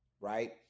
right